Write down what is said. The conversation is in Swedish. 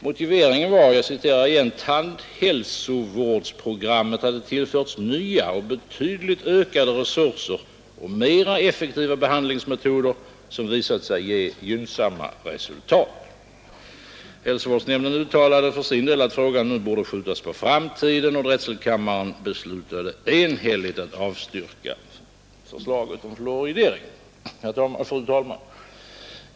Motiveringen var att ”tandhälsovårdsprogrammet tillförts nya och betydligt ökade resurser och mera effektiva behandlingsmetoder som visat sig ge gynnsamma resultat”. Hälsovårdsnämnden uttalade för sin del att frågan nu borde skjutas på framtiden, och drätselkammaren beslutade enhälligt att avstyrka förslaget om fluoridering. Fru talman!